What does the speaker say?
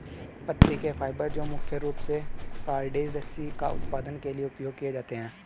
पत्ती के फाइबर जो मुख्य रूप से कॉर्डेज रस्सी का उत्पादन के लिए उपयोग किए जाते हैं